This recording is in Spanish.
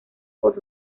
por